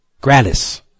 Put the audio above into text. gratis